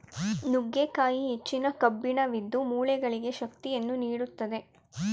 ನುಗ್ಗೆಕಾಯಿ ಹೆಚ್ಚಿನ ಕಬ್ಬಿಣವಿದ್ದು, ಮೂಳೆಗಳಿಗೆ ಶಕ್ತಿಯನ್ನು ನೀಡುತ್ತದೆ